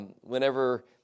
Whenever